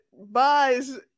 buys